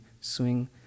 swing